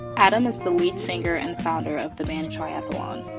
adam is the lead singer and founder of the band triathlon.